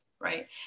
right